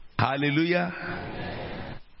Hallelujah